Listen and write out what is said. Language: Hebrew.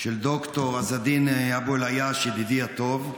של ד"ר עז א-דין אבו אל-עייש, ידידי הטוב,